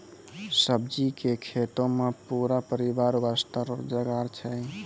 सब्जी के खेतों मॅ पूरा परिवार वास्तॅ रोजगार छै